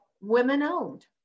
women-owned